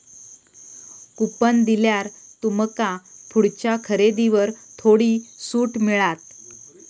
coupon दिल्यार तुमका पुढच्या खरेदीवर थोडी सूट मिळात